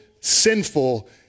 sinful